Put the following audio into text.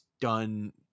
done